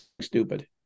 stupid